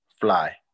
Fly